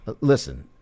listen